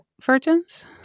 Virgins